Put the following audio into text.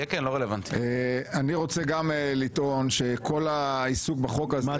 אני גם רוצה לטעון שכל העיסוק בחוק הזה,